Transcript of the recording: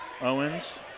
Owens